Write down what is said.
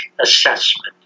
assessment